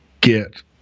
get